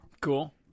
Cool